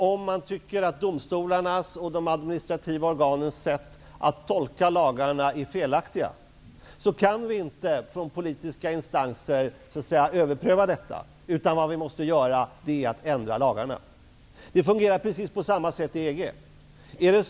Om man tycker att domstolarnas och de administrativa organens sätt att tolka lagarna är felaktiga, kan vi inte överpröva detta från politiska instanser. Vi måste i stället ändra lagarna. Det fungerar precis på samma sätt i EG.